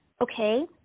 okay